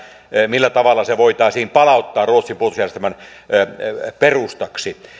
millä tavalla se voitaisiin palauttaa ruotsin puolustusjärjestelmän perustaksi